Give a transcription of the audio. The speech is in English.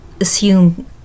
assume